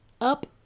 up